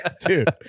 dude